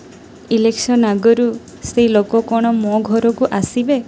election ଆଗରୁ ସେଇ ଲୋକ କ'ଣ ମୋ ଘରକୁ ଆସିବେ